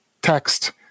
text